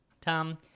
Tom